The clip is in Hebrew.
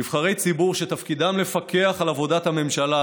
נבחרי ציבור שתפקידם לפקח על עבודת הממשלה,